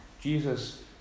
Jesus